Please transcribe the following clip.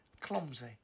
clumsy